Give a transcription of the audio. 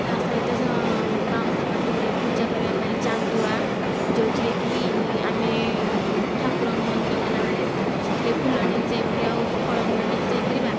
ତା ସହିତ ସ୍ବାଉଁଶ ପାତିଆରେ ପୂଜା କରିବା ପାଇଁ ଚାନ୍ଦୁଆ ଯେଉଁଥିରେକି ଆମେ ଠାକୁରଙ୍କ ମନ୍ଦିର ଗଲା ବେଳେ ସେଥିରେ ଫୁଲ ନେଇକି ଯାଇପାରିବା ଆଉ ଫଳ ମୂଳ ନେଇକି ଯାଇପାରିବା